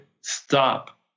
stop